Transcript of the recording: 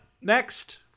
Next